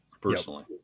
personally